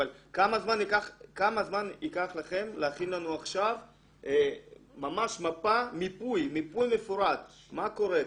אבל כמה זמן יקח לכם להכין לנו עכשיו מיפוי מפורט מה קורה,